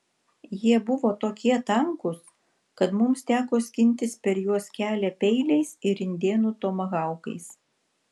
jie buvo tokie tankūs kad mums teko skintis per juos kelią peiliais ir indėnų tomahaukais